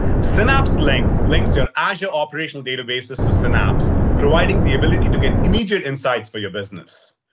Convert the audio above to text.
synapse link links your azure operational databases to synapse, providing the ability to get immediate insights for your business.